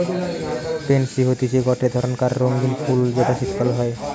pansy হতিছে গটে ধরণকার রঙ্গীন ফুল যেটা শীতকালে হই